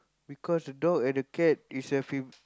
because a dog and a cat is a